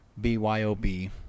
BYOB